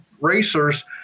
racers